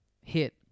Hit